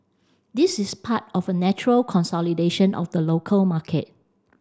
this is part of a natural consolidation of the local market